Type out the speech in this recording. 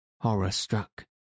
horror-struck